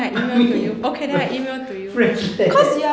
friends leh